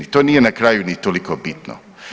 To nije na kraju ni toliko bitno.